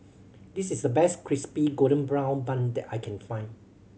this is the best Crispy Golden Brown Bun that I can find